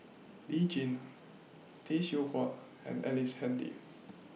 Lee Tjin Tay Seow Huah and Ellice Handy